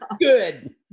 good